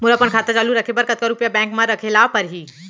मोला अपन खाता चालू रखे बर कतका रुपिया बैंक म रखे ला परही?